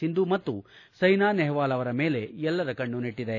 ಸಿಂಧು ಮತ್ತು ಸೈನಾ ನೆಹವಾಲ್ ಅವರ ಮೇಲೆ ಎಲ್ಲರ ಕಣ್ಣು ನೆಟ್ಟದೆ